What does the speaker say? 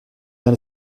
bien